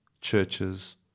churches